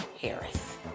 Harris